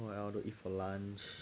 what you want to eat for lunch